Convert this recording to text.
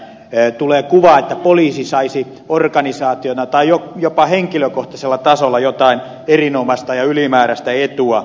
tulee kuva että poliisi saisi organisaationa tai jopa henkilökohtaisella tasolla jotain erinomaista ja ylimääräistä etua